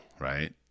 right